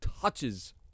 touches